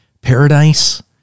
paradise